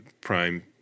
prime